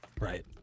Right